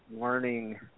learning